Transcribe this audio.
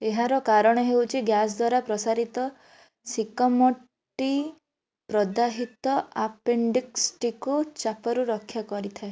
ଏହାର କାରଣ ହେଉଛି ଗ୍ୟାସ୍ ଦ୍ଵାରା ପ୍ରସାରିତ ସିକମ୍ଟି ପ୍ରଦାହିତ ଆପେଣ୍ଡିକ୍ସ୍ଟିକୁ ଚାପରୁ ରକ୍ଷା କରିଥାଏ